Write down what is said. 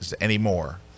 anymore